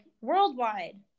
worldwide